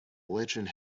legend